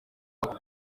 ako